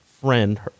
friend